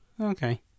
Okay